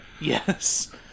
Yes